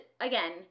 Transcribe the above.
again